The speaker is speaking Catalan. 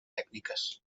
tècniques